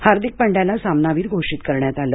हार्दिक पंड्याला सामनावीर घोषित करण्यात आले